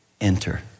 Enter